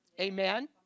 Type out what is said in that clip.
Amen